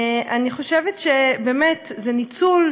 אני חושבת שזה באמת ניצול,